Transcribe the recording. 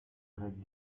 grecque